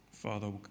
Father